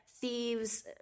Thieves